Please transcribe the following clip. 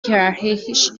hierarchisch